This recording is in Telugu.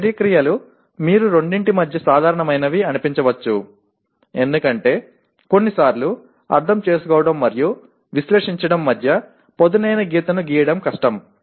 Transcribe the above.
కొన్ని చర్య క్రియలు మీరు రెండింటి మధ్య సాధారణమైనవిగా అనిపించవచ్చు ఎందుకంటే కొన్నిసార్లు అర్థం చేసుకోవడం మరియు విశ్లేషించడం మధ్య పదునైన గీతను గీయడం కష్టం